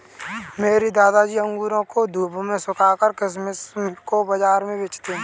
मेरे दादाजी अंगूरों को धूप में सुखाकर किशमिश को बाज़ार में बेचते थे